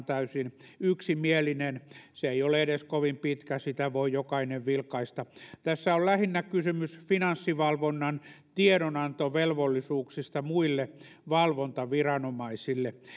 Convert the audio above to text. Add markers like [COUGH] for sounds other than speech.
[UNINTELLIGIBLE] täysin yksimielinen se ei ole edes kovin pitkä ja sitä voi jokainen vilkaista tässä on lähinnä kysymys finanssivalvonnan tiedonantovelvollisuuksista muille valvontaviranomaisille